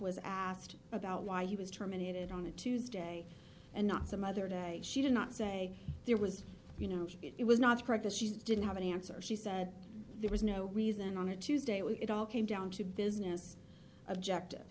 was asked about why he was terminated on a tuesday and not some other day she did not say there was you know it was not a practice she says didn't have an answer she said there was no reason on a tuesday when it all came down to business objective